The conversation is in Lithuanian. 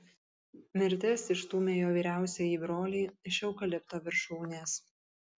mirtis išstūmė jo vyriausiąjį brolį iš eukalipto viršūnės